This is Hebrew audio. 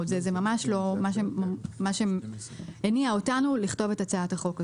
זה ממש לא מה שהניע אותנו לכתוב את הצעת החוק הזאת.